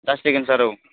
जासिगोन सार औ